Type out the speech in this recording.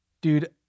Dude